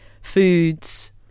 foods